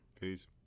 Peace